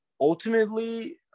Ultimately